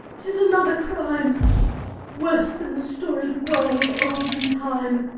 tis another crime worse than the storied woe of olden time,